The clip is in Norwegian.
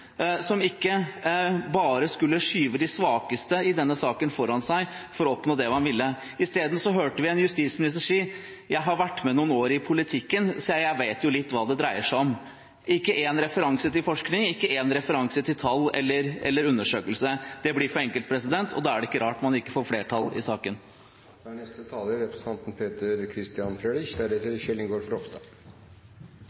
som ikke bare skulle skyve de svakeste i denne saken foran seg for å oppnå det man ville. Isteden hørte vi en justisminister si at han har vært med noen år i politikken, så han vet jo litt om hva det dreier seg om. Ikke en referanse til forskning, ikke en referanse til tall eller undersøkelser – det blir for enkelt. Da er det ikke rart man ikke får flertall i